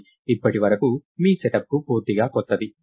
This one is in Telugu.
ఇది ఇప్పటివరకు మీ సెటప్కు పూర్తిగా కొత్తది